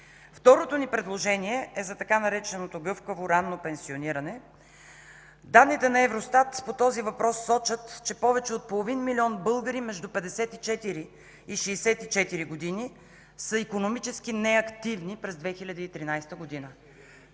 Второто ни предложение е за така нареченото „гъвкаво ранно пенсиониране”. Данните на Евростат по този въпрос сочат, че повече от половин милион българи между 54 и 64 години са икономически неактивни през 2013 г.